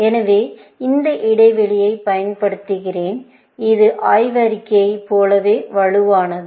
எனவே இந்த இடைவெளியை பயன்படுத்துகிறேன் இது ஆய்வறிக்கையை போலவே வலுவானது